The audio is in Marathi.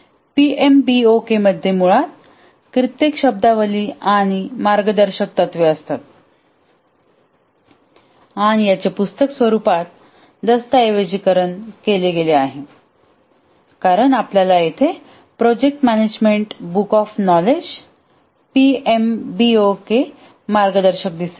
पीएमबीओकेमध्ये मुळात कित्येक शब्दावली आणि मार्गदर्शक तत्त्वे असतात आणि याचे पुस्तक स्वरूपात दस्तऐवजीकरण केले गेले आहे कारण आपल्याला येथे project management book of knowledge PMBOK मार्गदर्शक दिसेल